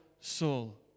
soul